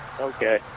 Okay